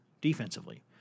defensively